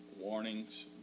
warnings